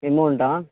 amount